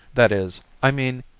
that is, i mean,